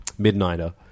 Midnighter